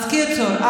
בקיצור,